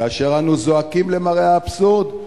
כאשר אנו זועקים למראה האבסורד,